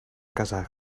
kazakh